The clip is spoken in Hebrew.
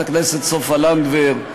חברת הכנסת סופה לנדבר,